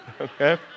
Okay